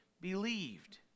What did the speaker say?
believed